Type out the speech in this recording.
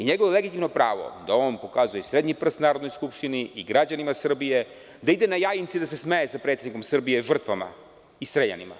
Njegovo je legitimno pravo da pokazuje srednji prst Narodnoj skupštini i građanima Srbije, da ide na Jajince i da se smeje sa predsednikom Srbije žrtvama i streljanima.